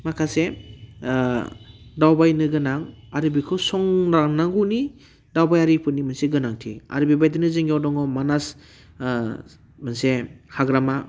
माखासे दावबायनो गोनां आरो बेखौ संदाननांगौनि दावबायारिफोरनि मोनसे गोनांथि आरो बेबायदिनो जोंनियाव दङ मानास मोनसे हाग्रामा